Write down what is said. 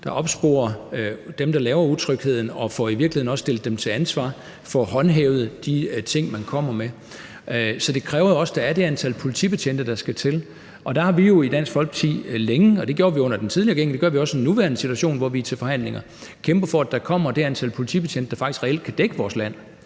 der opsporer dem, der laver utrygheden, og får stillet dem til ansvar og håndhævet de ting, man kommer med. Så det kræver jo også, at der er det antal politibetjente, der skal til. Der har vi jo i Dansk Folkeparti længe – det gjorde vi under den tidligere regering, og det gør vi også i den nuværende situation, hvor vi er til forhandlinger – kæmpet for, at der kommer det antal politibetjente, der faktisk reelt kan dække vores land.